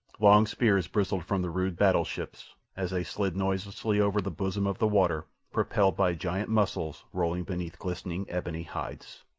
long spears bristled from the rude battle-ships, as they slid noiselessly over the bosom of the water, propelled by giant muscles rolling beneath glistening, ebony hides.